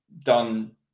done